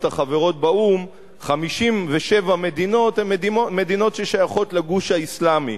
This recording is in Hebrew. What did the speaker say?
החברות באו"ם 57 מדינות שייכות לגוש האסלאמי.